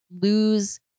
lose